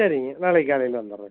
சரிங்க நாளைக்கு காலையில் வந்துடுறோங்க